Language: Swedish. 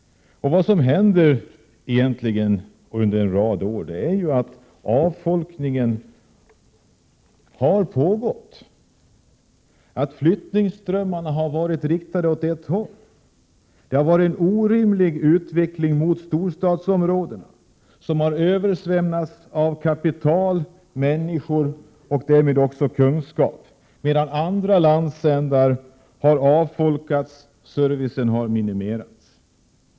Vad som har hänt under en rad år är att det har pågått en avfolkning, där flyttströmmarna har riktats åt ett håll. Det har varit en orimlig utveckling mot storstadsområdena, som har översvämmats av kapital, människor och därmed kunskap, medan andra landsändar har avfolkats och servicen där har minimerats.